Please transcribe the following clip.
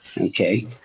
Okay